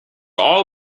all